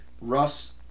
Russ